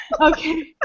Okay